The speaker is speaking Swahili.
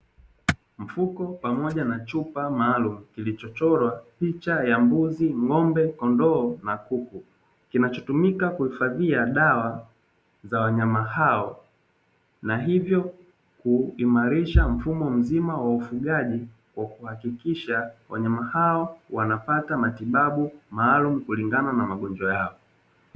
Mfuko pamoja na chupa maalumu, kilichochorwa picha ya mbuzi ng'ombe, kondoo na kuku, kinachotumika kuhifadhia dawa za wanyama hao na hivyo kuimarisha mfumo mzima wa ufugaji wa kuhakikisha wanyama hao wanapata matibabu maalumu kulingana na magonjwa yao.